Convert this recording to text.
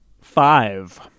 Five